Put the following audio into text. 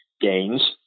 gains